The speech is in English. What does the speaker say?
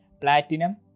platinum